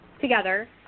together